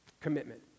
Commitment